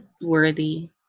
Worthy